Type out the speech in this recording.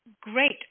great